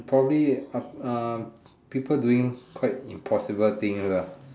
probably uh ah people doing quite impossible thing ah